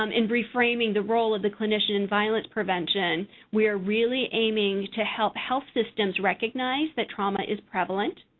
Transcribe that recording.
um in reframing the role of the clinician in violence prevention, we are really aiming to help health systems recognize that trauma is prevalent,